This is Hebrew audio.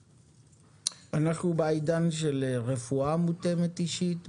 אנחנו בעידן של רפואה מותאמת אישית,